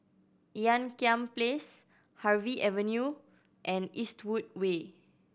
Ean Kiam Place Harvey Avenue and Eastwood Way